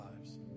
lives